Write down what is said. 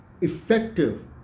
effective